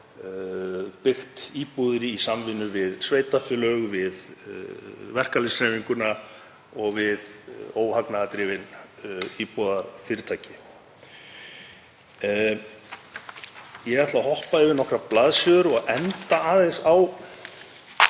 byggt íbúðir í samvinnu við sveitarfélög, við verkalýðshreyfinguna og við óhagnaðardrifin íbúðarfyrirtæki. Ég ætla að hoppa yfir nokkrar blaðsíður og enda aðeins á